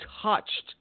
touched